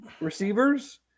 receivers